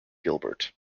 gilbert